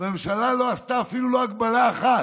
והממשלה לא עשתה אפילו לא הגבלה אחת.